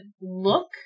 look